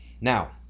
now